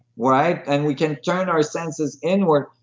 right? and we can turn our senses inward.